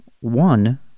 one